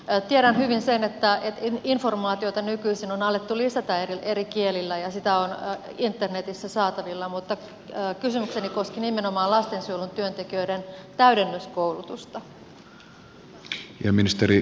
tiedän hyvin sen että informaatiota nykyisin on alettu lisätä eri kielillä ja sitä on internetissä saatavilla mutta kysymykseni koski nimenomaan lastensuojelutyöntekijöiden täydennyskoulutusta